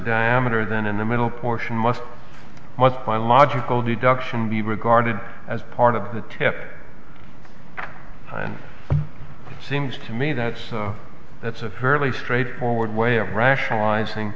diameter than in the middle portion must must by logical deduction be regarded as part of the tip and it seems to me that's that's a fairly straightforward way of rationalizing